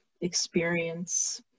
experience